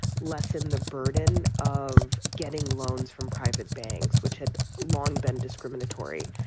lessen the burden of getting loans from private banks, which had long been discriminatory.